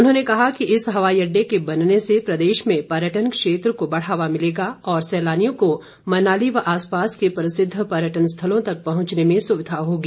उन्होंने कहा कि इस हवाई अड़डे के बनने से प्रदेश में पर्यटन क्षेत्र को बढ़ावा मिलेगा और सैलानियों को मनाली व आसपास के प्रसिद्ध पर्यटन स्थलों तक पहुंचने में सुविधा होगी